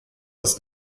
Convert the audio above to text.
ist